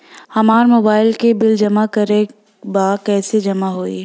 हमार मोबाइल के बिल जमा करे बा कैसे जमा होई?